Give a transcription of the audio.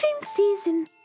season